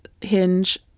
hinge